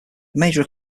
major